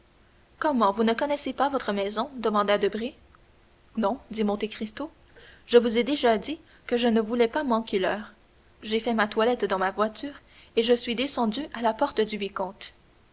comment vous ne connaissez pas votre maison demanda debray non dit monte cristo je vous ai déjà dit que je ne voulais pas manquer l'heure j'ai fait ma toilette dans ma voiture et je suis descendu à la porte du vicomte